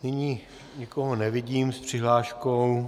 Nyní nikoho nevidím s přihláškou.